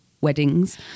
weddings